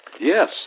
Yes